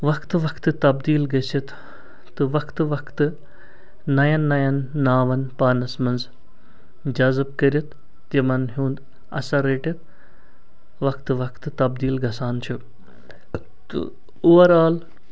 وقتہٕ وقتہٕ تبدیٖل گٔژھِتھ تہٕ وقتہٕ وقتہٕ نَیَن نَیَن ناوَن پانَس منٛز جذب کٔرِتھ تِمَن ہُنٛد اَثر رٔٹِتھ وقتہٕ وقتہٕ تبدیٖل گَژھان چھُ تہٕ اوُوَر آل